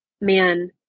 man